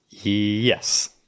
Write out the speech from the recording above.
yes